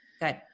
Good